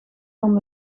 van